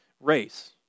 race